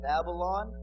Babylon